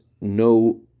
no